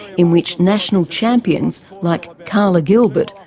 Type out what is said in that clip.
in which national champions like karla gilbert,